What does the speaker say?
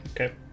Okay